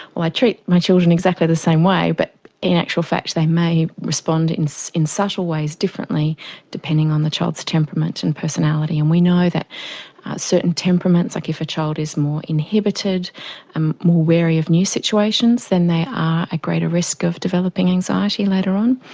well, i treat my children exactly the same way but in actual fact they may respond in in subtle ways differently depending on the child's temperament and personality. and we know that certain temperaments, like if a child is a more inhibited and more wary of new situations, then they are at ah greater risk of developing anxiety later on.